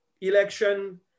election